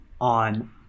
on